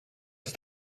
ist